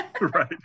right